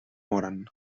moren